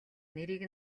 нэрийг